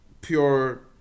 Pure